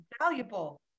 valuable